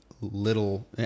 little